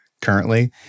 currently